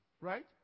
Right